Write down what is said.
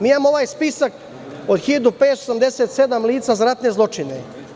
Mi imamo ovaj spisak od 1.577 lica za ratne zločine.